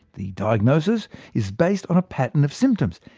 the diagnosis is based on a pattern of symptoms.